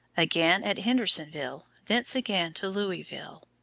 again at hendersonville, thence again to louisville.